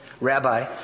Rabbi